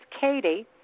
Katie